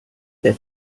der